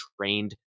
trained